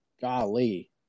golly